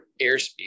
airspeed